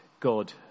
God